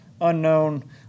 unknown